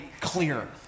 clear